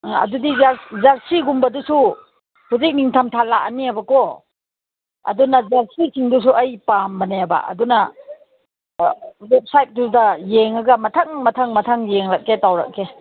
ꯑꯗꯨꯗꯤ ꯖꯔꯁꯤꯒꯨꯝꯕꯗꯨꯁꯨ ꯍꯧꯖꯤꯛ ꯅꯤꯡꯊꯝꯊꯥ ꯂꯥꯛꯑꯅꯦꯕꯀꯣ ꯑꯗꯨꯅ ꯖꯔꯁꯤꯁꯤꯡꯗꯨꯁꯨ ꯑꯩ ꯄꯥꯝꯕꯅꯦꯕ ꯑꯗꯨꯅ ꯋꯦꯕꯁꯥꯏꯠꯇꯨꯗ ꯌꯦꯡꯉꯒ ꯃꯊꯪ ꯃꯊꯪ ꯃꯊꯪ ꯌꯦꯡꯂꯛꯀꯦ ꯇꯧꯔꯛꯀꯦ